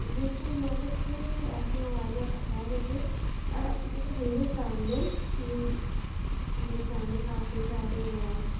دوسرے ممالک سے یہ ایسے موازنہ کرتا ہے جیسے جیسے ہندوستان میں ہندوستان میں کافی ساری وہ